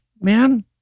man